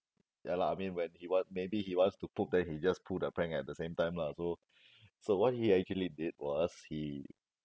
ya lah I mean when he want maybe he wants to poop then he just pull the prank at the same time lah so so what he actually did was he